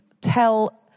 tell